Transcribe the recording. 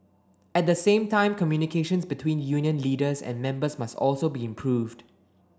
at the same time communications between union leaders and members must also be improved